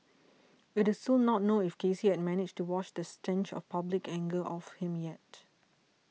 it is still not known if Casey had managed to wash the stench of public anger off him yet